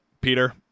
Peter